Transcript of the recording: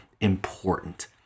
important